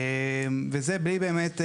וזה בלי באמת,